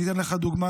ואני אתן לך דוגמה,